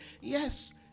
Yes